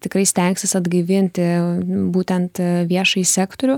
tikrai stengsis atgaivinti būtent viešąjį sektorių